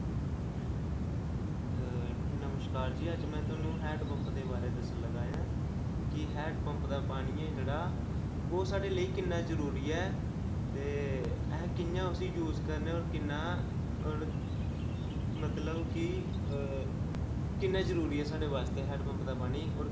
नमस्कार जी अज्ज में थुहानू हैंडपंप दे बारे च दस्सन लग्गा ऐं कि हैंडपंप दा पानी ऐ जेह्ड़ा ओह् साढ़े लेई किन्ना जरूरी ऐ ते अस कि'यां उस्सी यूज करने होर किन्ना होर मतलब कि किन्ना जरूरी ऐ साढ़े बास्तै हैंडपंप दा पानी होर